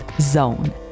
zone